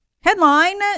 Headline